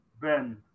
Ben